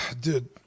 dude